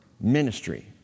ministry